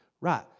Right